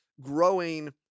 growing